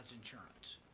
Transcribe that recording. insurance